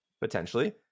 potentially